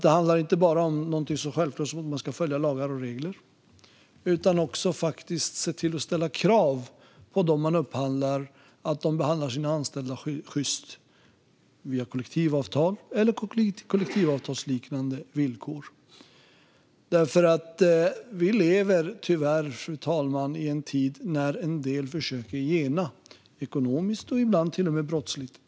Det handlar inte bara om något så självklart som att man ska följa lagar och regler utan också om att man ska ställa krav på dem man upphandlar av att de behandlar sina anställda sjyst via kollektivavtal eller kollektivavtalsliknande villkor. Detta, fru talman, därför att vi tyvärr lever i en tid när en del försöker gena, ekonomiskt och ibland till och med brottsligt.